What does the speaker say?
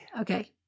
okay